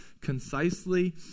concisely